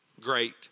great